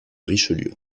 richelieu